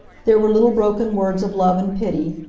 there were little broken words of love and pity.